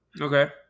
Okay